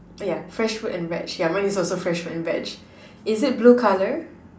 oh yeah fresh fruit and veg mine is also fresh fruit and veg is it blue colour